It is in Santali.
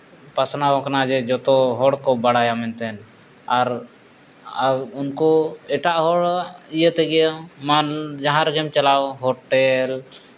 ᱯᱟᱥᱱᱟᱣ ᱠᱟᱱᱟ ᱡᱮ ᱡᱚᱛᱚ ᱦᱚᱲᱠᱚ ᱵᱟᱲᱟᱭᱟ ᱢᱮᱱᱛᱮ ᱟᱨ ᱩᱱᱠᱩ ᱮᱴᱟᱜ ᱦᱚᱲ ᱤᱭᱟᱹ ᱛᱮᱜᱮ ᱡᱟᱦᱟᱸ ᱨᱮᱜᱮᱢ ᱪᱟᱞᱟᱣ ᱦᱳᱴᱮᱹᱞ